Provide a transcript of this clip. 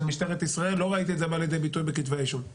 משטרת ישראל לא ראיתי את זה בא לידי ביטוי בכתבי האישום,